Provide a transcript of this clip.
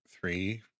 three